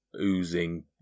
oozing